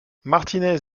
martínez